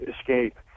escape